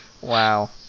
Wow